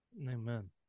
Amen